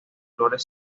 flores